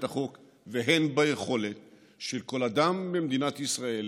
החוק והן ביכולת של כל אדם במדינת ישראל